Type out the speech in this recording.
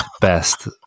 best